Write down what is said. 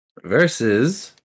versus